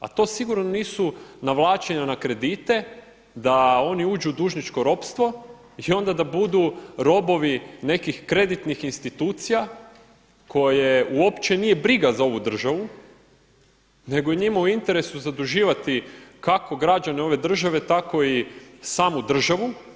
A to sigurno nisu navlačenja na kredite, da oni uđu u dužničko ropstvo i onda da budu robovi nekih kreditnih institucija koje u opće nije briga za ovu državu nego je njima u interesu zaduživati kako građane ove države tako i samu državu.